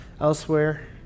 elsewhere